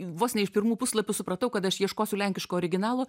vos ne iš pirmų puslapių supratau kad aš ieškosiu lenkiško originalo